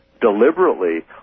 deliberately